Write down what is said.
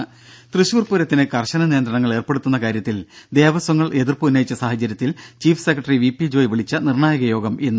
ദേദ തൃശൂർ പൂരത്തിന് കർശന നിയന്ത്രണങ്ങൾ ഏർപ്പെടുത്തുന്ന കാര്യത്തിൽ ദേവസ്വങ്ങൾ എതിർപ്പ് ഉന്നയിച്ച സാഹചര്യത്തിൽ chief secretary V P Joy വിളിച്ച നിർണായക യോഗം ഇന്ന്